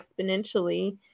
exponentially